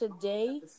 today